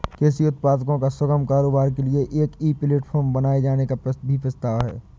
कृषि उत्पादों का सुगम कारोबार के लिए एक ई प्लेटफॉर्म बनाए जाने का भी प्रस्ताव है